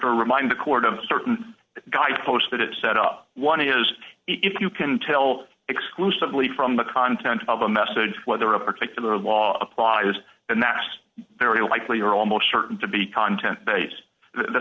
to remind the court of certain guidepost that it set up one is if you can tell exclusively from the content of a message whether a particular law applies and that's very likely or almost certain to be content based the